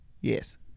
Yes